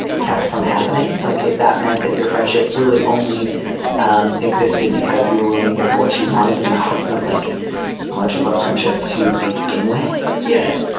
kept from happening like if that meant that your friendship really only um existed because you were willing to give her what she wanted that wasn't like much of a friendship to begin with yeah.